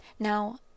Now